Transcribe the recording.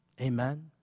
Amen